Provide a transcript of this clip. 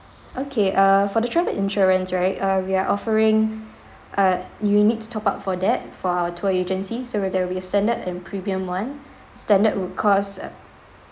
okay err for the travel insurance right uh we are offering uh you need to top up for that for our tour agencies so we there will be a standard and premium one standard would cost uh